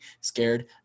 scared